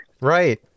Right